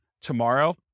tomorrow